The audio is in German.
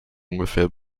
ungefähr